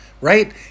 Right